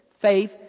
faith